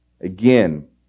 Again